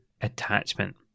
attachment